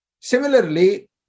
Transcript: Similarly